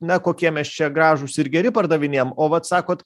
na kokie mes čia gražūs ir geri pardavinėjam o vat sakot